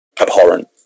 abhorrent